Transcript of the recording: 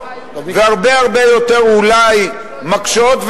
והרבה הרבה יותר אולי מקשות,